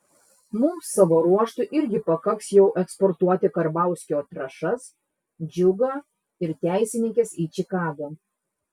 mums savo ruožtu irgi pakaks jau eksportuoti karbauskio trąšas džiugą ir teisininkes į čikagą